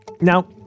Now